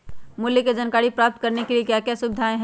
मूल्य के जानकारी प्राप्त करने के लिए क्या क्या सुविधाएं है?